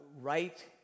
Right